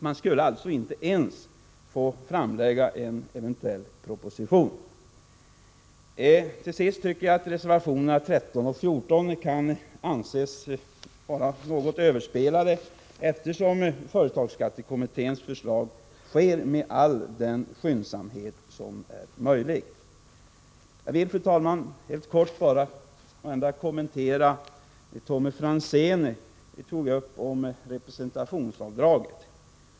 Man skulle alltså inte ens få framlägga en eventuell proposition. Till sist tycker jag att reservationerna 13 och 14 kan anses vara något överspelade, eftersom behandlingen av företagsskattekommitténs förslag sker med all den skyndsamhet som är möjlig. Jag vill, fru talman, helt kort kommentera vad Tommy Franzén tog upp om representationsavdragen.